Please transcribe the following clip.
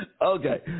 Okay